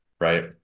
Right